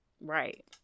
right